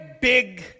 big